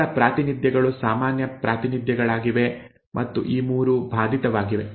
ಇತರ ಪ್ರಾತಿನಿಧ್ಯಗಳು ಸಾಮಾನ್ಯ ಪ್ರಾತಿನಿಧ್ಯಗಳಾಗಿವೆ ಮತ್ತು ಈ ಮೂರು ಬಾಧಿತವಾಗಿವೆ